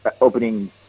opening